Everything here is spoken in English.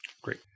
Great